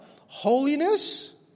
Holiness